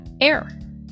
air